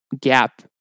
gap